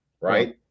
right